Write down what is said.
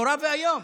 נורא ואיום,